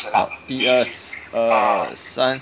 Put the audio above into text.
orh 一二二三